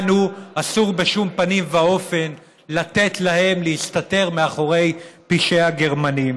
לנו אסור בשום פנים ואופן לתת להם להסתתר מאחורי פשעי הגרמנים.